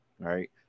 Right